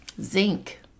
Zinc